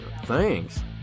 Thanks